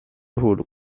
juhul